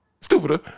Stupider